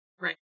Right